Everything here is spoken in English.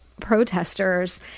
protesters